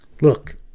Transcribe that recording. Look